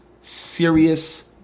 serious